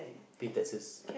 pay taxes